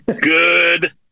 Good